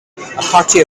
party